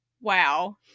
wow